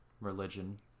religion